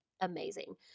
amazing